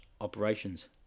operations